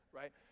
right